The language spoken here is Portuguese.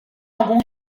algum